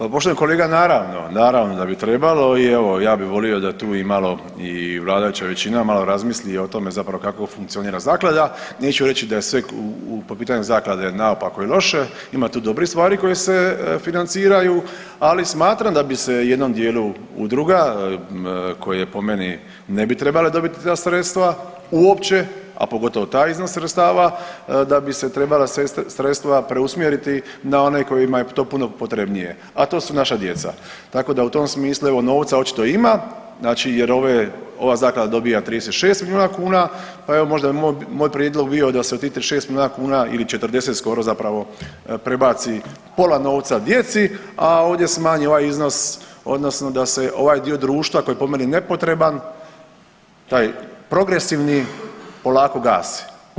Pa poštovani kolega naravno, naravno da bi trebalo i evo ja bi volio da tu i malo i vladajuća većina malo razmisli o tome zapravo kako funkcionira zaklada, neću reći da je sve po pitanju zaklade naopako i loše, ima tu dobrih stvari koji se financiraju, ali smatram da bi se jednom dijelu udruga koje po meni ne bi trebale dobit ta sredstva uopće, a pogotovo taj iznos sredstava da bi se trebala sredstva preusmjeriti na one kojima je to puno potrebnije, a to su naša djeca, tako da u tom smislu evo novca očito ima, znači jer ove, ova zaklada dobija 36 milijuna kuna, pa evo možda moj prijedlog bi bio da se od tih 36 milijuna kuna ili 40 skoro zapravo prebaci pola novca djeci, a ovdje smanji ovaj iznos odnosno da se ovaj dio društva koji je po meni nepotreban, taj progresivni polako gasi.